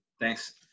Thanks